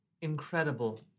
incredible